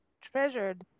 treasured